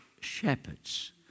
shepherds